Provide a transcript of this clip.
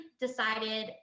decided